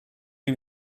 you